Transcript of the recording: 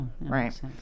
Right